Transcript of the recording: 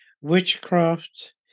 witchcraft